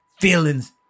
feelings